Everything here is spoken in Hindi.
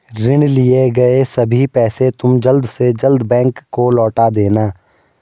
ऋण लिए गए सभी पैसे तुम जल्द से जल्द बैंक को लौटा देना